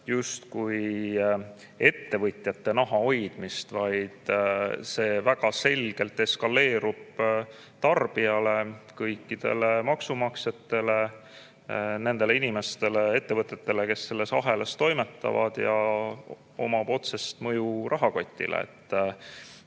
justkui ettevõtjate naha hoidmine, vaid see väga selgelt eskaleerub tarbija, kõikide maksumaksjate, nende inimeste ja ettevõtete jaoks, kes selles ahelas toimetavad, ja see omab otsest mõju rahakotile. See